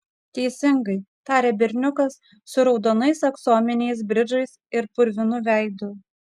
teisingai tarė berniukas su raudonais aksominiais bridžais ir purvinu veidu